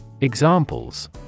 Examples